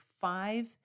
five